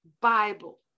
Bible